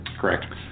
Correct